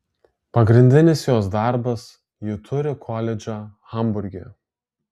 pagrindinis jos darbas ji turi koledžą hamburge